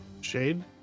Shade